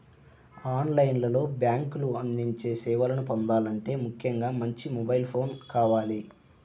on line లో బ్యేంకులు అందించే సేవలను పొందాలంటే ముఖ్యంగా మంచి మొబైల్ ఫోన్ కావాలి